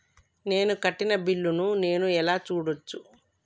నేను కట్టిన బిల్లు ను నేను ఎలా చూడచ్చు?